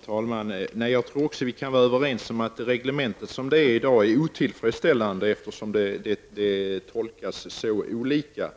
Herr talman! Jag tror att vi kan vara överens om att dagens reglemente är otillfredsställande, eftersom det tolkas så olika.